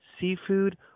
seafood